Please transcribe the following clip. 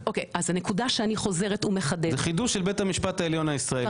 זה חידוש של בית המשפט העליון הישראלי.